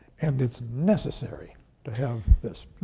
and it's necessary to have this.